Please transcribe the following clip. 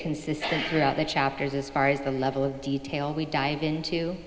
consistent throughout the chapters as far as the level of detail we dive into